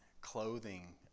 clothing